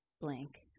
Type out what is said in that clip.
blank